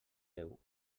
déu